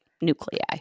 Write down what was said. nuclei